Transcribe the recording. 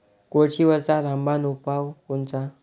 कोळशीवरचा रामबान उपाव कोनचा?